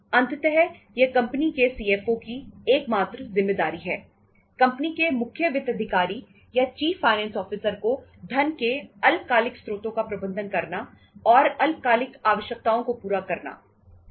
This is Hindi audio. अंततः यह कंपनी के सीएफओ को धन के अल्पकालिक स्रोतों का प्रबंधन करना और अल्पकालिक आवश्यकताओं को पूरा करना